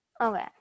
Okay